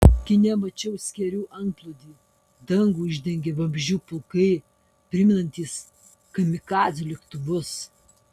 kine mačiau skėrių antplūdį dangų uždengė vabzdžių pulkai primenantys kamikadzių lėktuvus